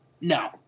No